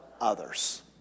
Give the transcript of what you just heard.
others